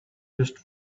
just